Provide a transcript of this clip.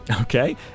okay